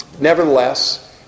Nevertheless